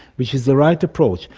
which is the right approach.